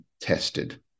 tested